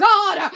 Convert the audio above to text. God